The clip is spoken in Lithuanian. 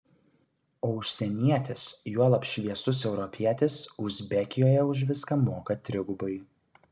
o užsienietis juolab šviesus europietis uzbekijoje už viską moka trigubai